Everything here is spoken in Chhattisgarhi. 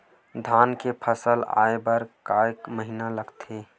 धान फसल आय बर कय महिना लगथे?